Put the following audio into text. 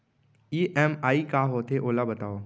EMI का होथे, ओला बतावव